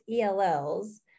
ELLs